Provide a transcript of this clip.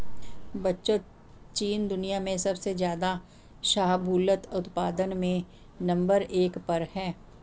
बच्चों चीन दुनिया में सबसे ज्यादा शाहबूलत उत्पादन में नंबर एक पर है